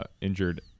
injured